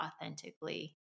authentically